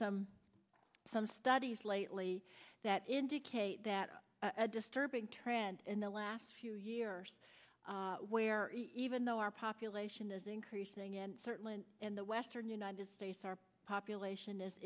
some some studies lately that indicate that a disturbing trend in the last few years where even though our population is increasing and certainly in the western united states our population is